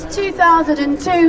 2002